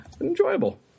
enjoyable